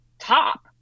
top